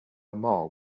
more